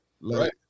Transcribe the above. right